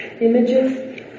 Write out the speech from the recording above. images